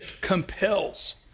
compels